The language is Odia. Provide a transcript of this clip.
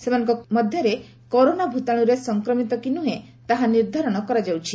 ସେମାନେ କରୋନା ଭୂତାଣୁରେ ସଂକ୍ରମିତ କି ନୁହେଁ ତାହା ନିର୍ଦ୍ଧାରଣ କରାଯାଉଛି